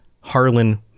Harlan